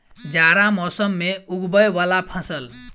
जाड़ा मौसम मे उगवय वला फसल?